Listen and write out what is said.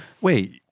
Wait